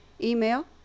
email